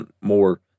more